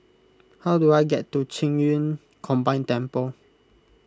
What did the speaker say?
how do I get to Qing Yun Combined Temple